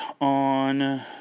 on